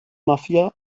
mafia